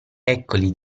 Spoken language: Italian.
eccoli